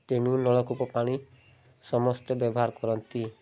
ତେଣୁ ନଳକୂପ ପାଣି ସମସ୍ତେ ବ୍ୟବହାର କରନ୍ତି